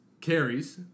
carries